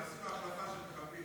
נעשה לו החלפה של מחבלים.